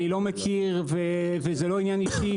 אני לא מכיר וזה לא עניין אישי,